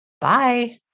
Bye